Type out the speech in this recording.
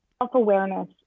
Self-awareness